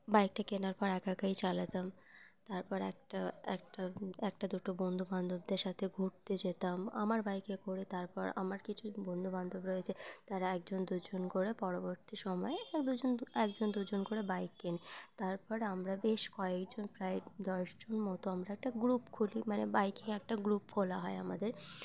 বাইকটা কেনার পর একা একাই চালাতাম তারপর একটা একটা একটা দুটো বন্ধুবান্ধবদের সাথে ঘুরতে যেতাম আমার বাইকে করে তারপর আমার কিছু বন্ধুবান্ধব রয়েছে তারা একজন দুজন করে পরবর্তী সময়ে এক দুজন দু একজন দুজন করে বাইক কেনে তারপর আমরা বেশ কয়েকজন প্রায় দশজন মতো আমরা একটা গ্রুপ খুলি মানে বাইকে একটা গ্রুপ খোলা হয় আমাদের